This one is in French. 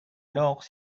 alors